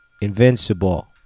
Invincible